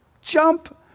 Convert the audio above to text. jump